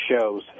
shows